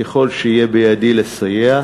ככל שיהיה בידי לסייע,